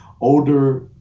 older